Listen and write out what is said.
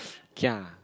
kia